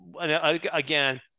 again